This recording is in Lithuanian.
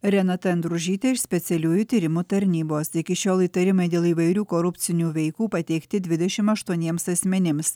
renata endružytė iš specialiųjų tyrimų tarnybos iki šiol įtarimai dėl įvairių korupcinių veikų pateikti dvidešimt aštuoniems asmenims